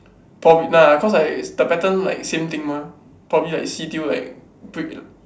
probably nah cause I the pattern like same thing mah probably like see till like break